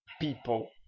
people